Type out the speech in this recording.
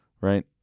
right